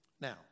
Now